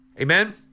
Amen